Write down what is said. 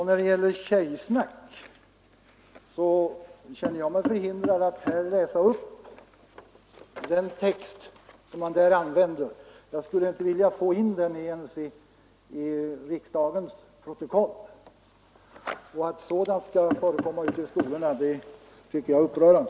När det gäller Tjejsnack känner jag mig förhindrad att här läsa upp den text som man där använder. Jag skulle inte ens vilja få in den i riksdagens protokoll. Att sådant skall förekomma ute i skolorna tycker jag är upprörande.